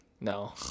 No